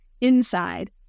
inside